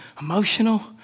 emotional